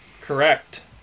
correct